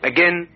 Again